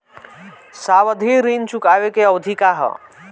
सावधि ऋण चुकावे के अवधि का ह?